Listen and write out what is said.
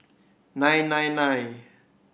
nine nine nine